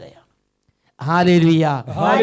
Hallelujah